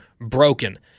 broken